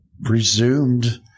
resumed